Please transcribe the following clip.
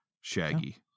Shaggy